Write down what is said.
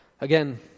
again